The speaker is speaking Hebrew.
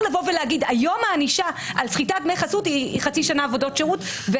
לבוא ולהגיד שהיום הענישה על סחיטת דמי חסות היא חצי שנה עבודות שירות.